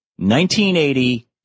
1980